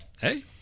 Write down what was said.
Hey